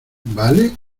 vale